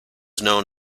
known